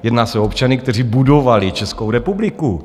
Jedná se o občany, kteří budovali Českou republiku.